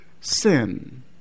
sin